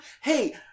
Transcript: Hey